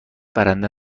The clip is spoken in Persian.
برنده